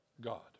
God